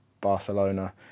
Barcelona